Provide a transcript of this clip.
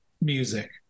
music